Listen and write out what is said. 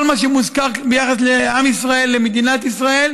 כל מה שמוזכר ביחס לעם ישראל ומדינת ישראל